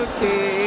Okay